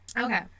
Okay